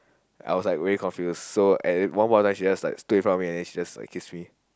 I was like very confused so at one moment she just stood in front and just kissed me